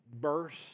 burst